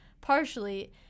partially